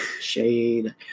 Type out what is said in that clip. shade